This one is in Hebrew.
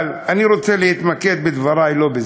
אבל אני רוצה להתמקד בדברי לא בזה.